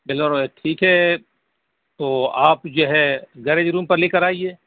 Bolero ہے ٹھیک ہے تو آپ جو ہے گیرج روم پر لے کر آئیے